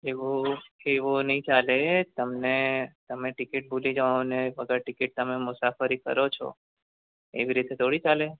એવો એવો નહીં ચાલે તમને તમે ટિકિટ ભુલી જાઓ ને વગર ટિકિટ તમે મુસાફરી કરો છો એવી રીતે થોડી ચાલે